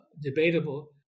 debatable